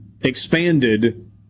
expanded